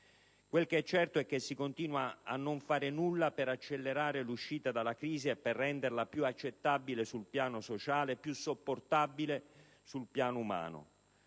Quel che è certo è che si continua a non fare nulla per accelerare l'uscita dalla crisi e per renderla più accettabile sul piano sociale e più sopportabile sul piano umano: